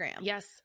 Yes